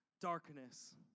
Darkness